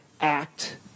act